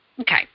okay